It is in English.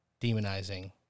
demonizing